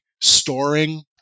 storing